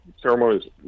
ceremonies